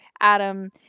Adam